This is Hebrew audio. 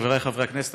חבריי חברי הכנסת,